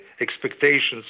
expectations